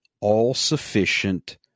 all-sufficient